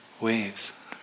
waves